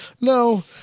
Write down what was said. No